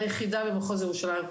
היחידה במחוז ירושלים,